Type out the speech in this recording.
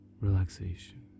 relaxation